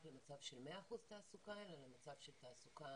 למצב של 100 אחוזי תעסוקה אלא למצב של תעסוקה